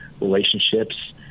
relationships